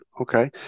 okay